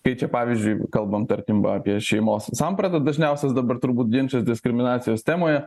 kai čia pavyzdžiui kalbam tarkim apie šeimos sampratą dažniausias dabar turbūt ginčas diskriminacijos temoje